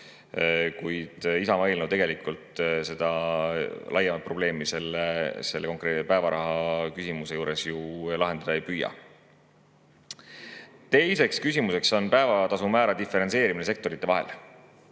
Kuid Isamaa eelnõu tegelikult seda laiemat probleemi selle konkreetse päevaraha küsimuse juures ju lahendada ei püüa. Teiseks küsimuseks on päevatasumäära diferentseerimine sektorite vahel.